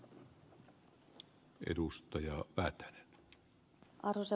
arvoisa puhemies